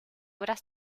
obras